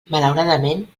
malauradament